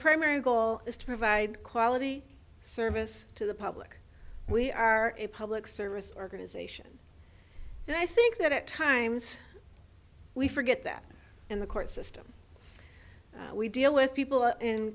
primary goal is to provide quality service to the public we are a public service organization and i think that at times we forget that in the court system we deal with people